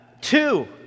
Two